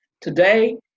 Today